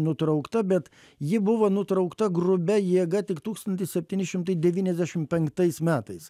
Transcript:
nutraukta bet ji buvo nutraukta grubia jėga tik tūkstantis septyni šimtai devyniasdešimt penktais metais